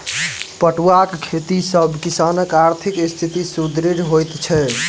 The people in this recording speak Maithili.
पटुआक खेती सॅ किसानकआर्थिक स्थिति सुदृढ़ होइत छै